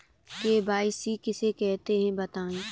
KYC किसे कहते हैं बताएँ?